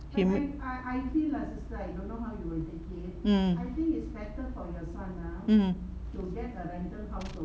he mm mm